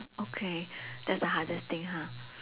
okay that's the hardest thing ha